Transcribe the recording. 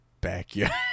backyard